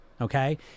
Okay